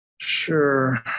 Sure